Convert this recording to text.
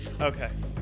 Okay